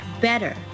better